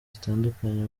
zitandukanye